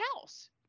house